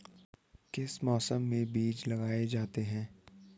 किस मौसम में बीज लगाए जाते हैं?